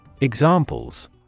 Examples